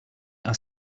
are